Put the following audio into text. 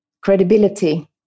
credibility